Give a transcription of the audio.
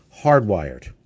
hardwired